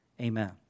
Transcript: Amen